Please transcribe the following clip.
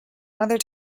other